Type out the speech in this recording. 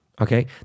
okay